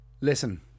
Listen